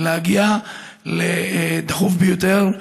דחוף ביותר,